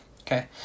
Okay